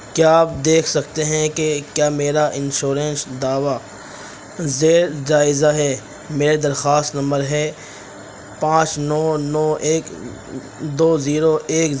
سمیکتا ہیگڑے ایک ہندوستانی اداکارہ ہیں جو بنیادی طور پر کنڑ اور تامل فلموں میں کام کرتی ہیں